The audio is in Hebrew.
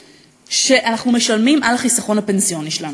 שאנחנו משלמים על החיסכון הפנסיוני שלנו.